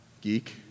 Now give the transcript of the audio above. geek